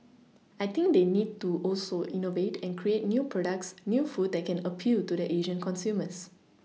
I think they need to also innovate and create new products new food that can appeal to the Asian consumers